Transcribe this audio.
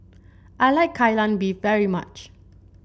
I like Kai Lan Beef very much